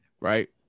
right